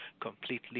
completely